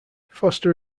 foster